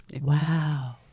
Wow